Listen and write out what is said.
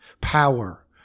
Power